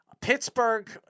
Pittsburgh